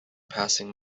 passing